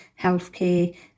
healthcare